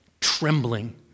trembling